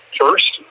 First